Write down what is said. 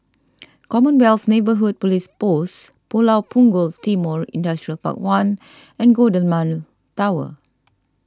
Commonwealth Neighbourhood Police Post Pulau Punggol Timor Industrial Park one and Golden Mile Tower